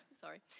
Sorry